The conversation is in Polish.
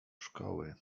szkoły